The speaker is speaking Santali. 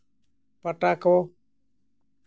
ᱯᱟᱴᱟ ᱠᱚ